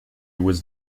was